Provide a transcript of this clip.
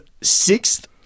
sixth